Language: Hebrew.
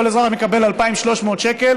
כל אזרח מקבל 2,300 שקל,